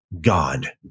God